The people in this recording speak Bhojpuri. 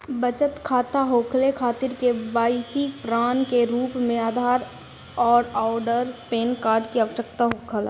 बचत खाता खोले खातिर के.वाइ.सी के प्रमाण के रूप में आधार आउर पैन कार्ड की आवश्यकता होला